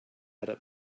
arab